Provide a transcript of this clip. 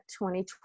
2020